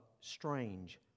strange